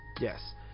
yes